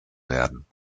werden